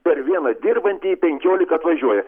per vieną dirbantį penkiolika atvažiuoja